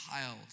child